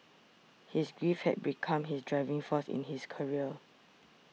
his grief had become his driving force in his career